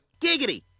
Giggity